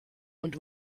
und